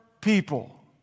people